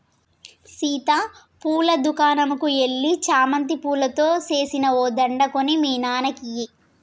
సీత పూల దుకనంకు ఎల్లి చామంతి పూలతో సేసిన ఓ దండ కొని మీ నాన్నకి ఇయ్యి